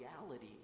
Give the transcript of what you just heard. reality